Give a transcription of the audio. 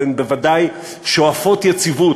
אבל הן בוודאי שואפות יציבות,